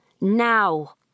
Now